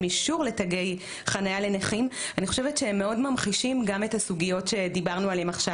אישור לתגי חניה לנכים מאוד ממחישים גם את הסוגיות שדיברנו עליהן עכשיו.